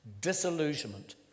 disillusionment